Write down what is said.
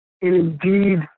indeed